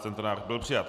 Tento návrh byl přijat.